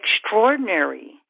extraordinary